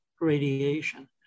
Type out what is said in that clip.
radiation